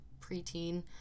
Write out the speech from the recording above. preteen